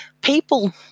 people